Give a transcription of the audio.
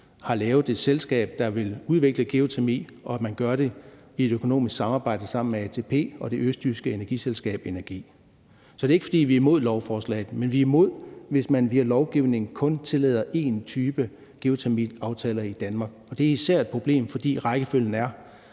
har lavet et selskab, der vil udvikle geotermi, og at man gør det i et økonomisk samarbejde med ATP og det østjyske energiselskab Innargi. Så det er ikke, fordi vi er imod lovforslaget, men vi er imod, at man via lovgivning kun tillader én type geotermiaftaler i Danmark. Og det er især et problem, fordi rækkefølgen er,